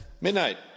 midnight